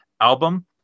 album